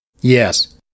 Yes